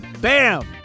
Bam